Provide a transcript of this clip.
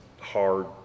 hard